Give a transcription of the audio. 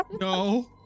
No